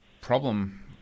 problem